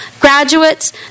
graduates